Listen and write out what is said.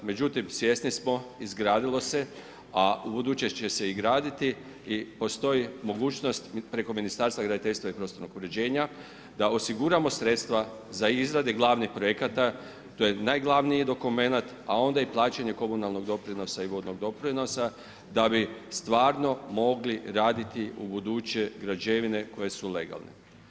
Međutim, svjesni smo izgradilo se u buduće će se graditi i postoji mogućnost preko Ministarstva graditeljstva i prostornog uređenja, da osiguramo sredstva za izradu glavnih projekata, to je najglavniji dokumenat, a onda i plaćanje komunalnog doprinosa i vodnog doprinosa, da bi stvarno mogli raditi ubuduće građevine koje su legalne.